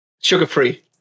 sugar-free